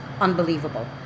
unbelievable